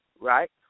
Right